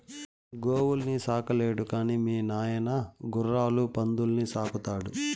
గోవుల్ని సాకలేడు గాని మీ నాయన గుర్రాలు పందుల్ని సాకుతాడా